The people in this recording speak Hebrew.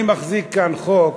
אני מחזיק כאן חוק.